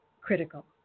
critical